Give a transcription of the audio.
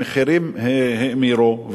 המחירים האמירו,